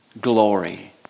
glory